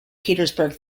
petersburg